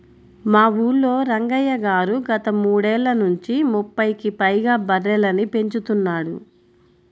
మా ఊల్లో రంగయ్య గారు గత మూడేళ్ళ నుంచి ముప్పైకి పైగా బర్రెలని పెంచుతున్నాడు